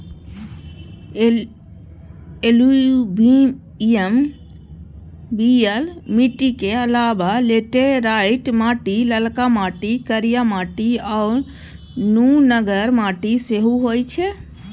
एलुयुबियल मीटिक अलाबा लेटेराइट माटि, ललका माटि, करिया माटि आ नुनगर माटि सेहो होइ छै